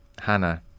Hannah